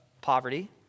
poverty